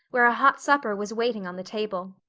where a hot supper was waiting on the table.